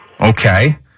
Okay